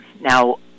Now